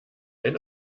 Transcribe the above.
wenn